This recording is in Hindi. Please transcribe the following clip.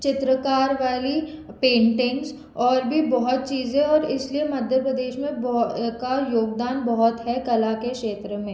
चित्रकार वाली पेंटिंग्स और भी बहुत चीज़े और इस लिए मध्य प्रदेश में बोह का योगदान बहुत है कला के क्षेत्र में